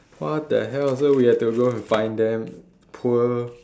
what the hell so we had to go and find them poor